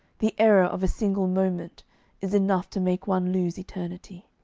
the error of a single moment is enough to make one lose eternity.